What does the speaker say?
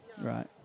Right